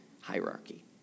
hierarchy